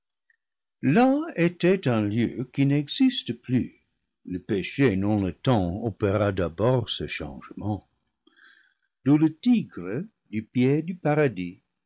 là était un lieu qui n'existe plus le péché non le temps opéra d'abord ce changement d'où le tigre du pied du paradis